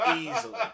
Easily